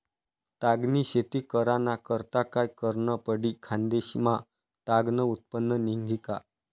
ताग नी शेती कराना करता काय करनं पडी? खान्देश मा ताग नं उत्पन्न निंघी का